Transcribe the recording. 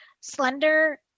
slender